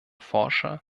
forscher